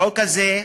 החוק הזה,